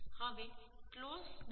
હવે ક્લોઝ 10